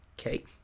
Okay